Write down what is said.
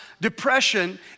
Depression